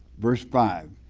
verse five,